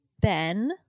Ben